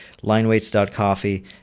lineweights.coffee